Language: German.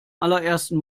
allerersten